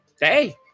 hey